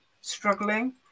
struggling